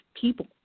people